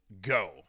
go